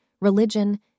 religion